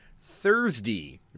Thursday